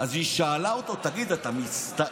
אז היא שאלה אותו: תגיד, אתה מצטער